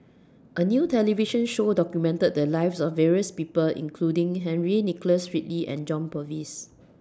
A New television Show documented The Lives of various People including Henry Nicholas Ridley and John Purvis